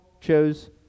chose